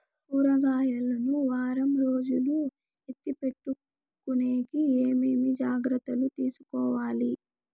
కూరగాయలు ను వారం రోజులు ఎత్తిపెట్టుకునేకి ఏమేమి జాగ్రత్తలు తీసుకొవాలి?